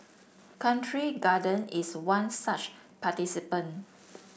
Country Garden is one such participant